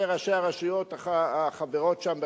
וראשי הרשויות החברות בו,